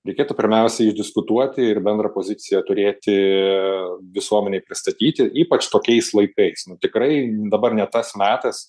reikėtų pirmiausia išdiskutuoti ir bendrą poziciją turėti visuomenei pristatyti ypač tokiais laikais tikrai dabar ne tas metas